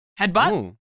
Headbutt